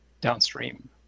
downstream